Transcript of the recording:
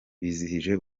bizihije